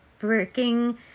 freaking